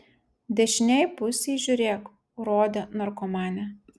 dešinėj pusėj žiūrėk urode narkomane